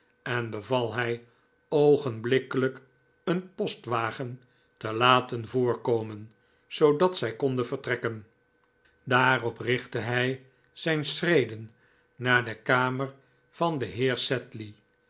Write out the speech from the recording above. en beval hij oogenblikkelijk een postwagen te laten voorkomen zoodat zij konden vertrekken daarop richtte hij zijn schreden naar de kamer van den heer